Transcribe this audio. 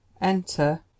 enter